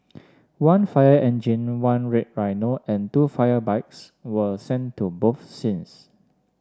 one fire engine one red rhino and two fire bikes were sent to both scenes